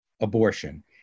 abortion